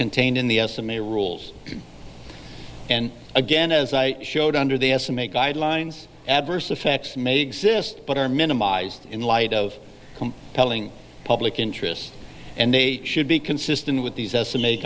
contained in the estimate rules and again as i showed under the estimate guidelines adverse effects may exist but are minimized in light of compelling public interest and they should be consistent with these estimate